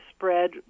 Spread